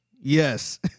Yes